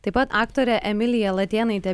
taip pat aktore emilija latėnaite